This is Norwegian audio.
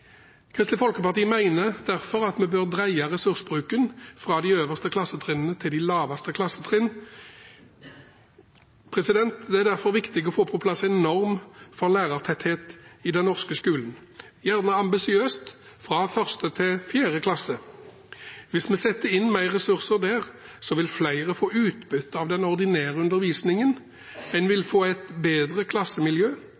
Kristelig Folkeparti mener derfor at en bør bre ressursbruken, fra de øverste klassetrinn til de laveste klassetrinn. Det er derfor viktig å få på plass en norm for lærertetthet i den norske skolen – gjerne ambisiøst – fra 1. til 4. klasse. Hvis vi setter inn mer ressurser der, vil flere få utbytte av den ordinære undervisningen, en vil få et bedre klassemiljø,